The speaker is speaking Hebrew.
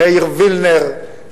מאיר וילנר,